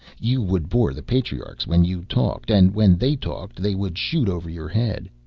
you would bore the patriarchs when you talked, and when they talked they would shoot over your head.